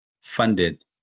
funded